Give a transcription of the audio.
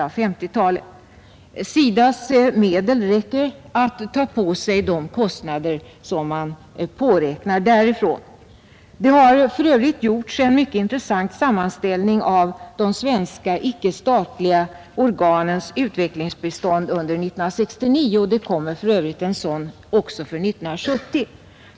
Det finns medel hos SIDA för det stöd man avtalat för att täcka viss del av kostnaderna. Det har gjorts en mycket intressant sammanställning av de svenska icke-statliga organens utvecklingsbistånd under år 1969, och en sådan kommer för övrigt också för 1970.